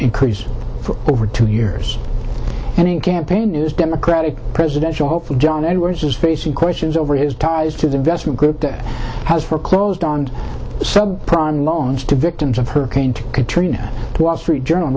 increase over two years and in campaign news democratic presidential hopeful john edwards is facing questions over his ties to the vestment group that has foreclosed on sub prime loans to victims of hurricane katrina wall street journal